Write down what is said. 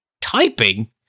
typing